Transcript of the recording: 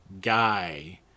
guy